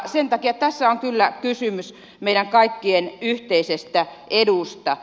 sen takia tässä on kyllä kysymys meidän kaikkien yhteisestä edusta